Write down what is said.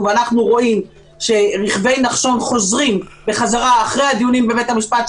ואנחנו רואים שרכבי נחשון חוזרים בחזרה אחרי הדיונים בבית המשפט,